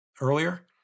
earlier